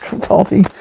coffee